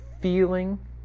Feeling